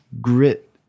grit